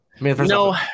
No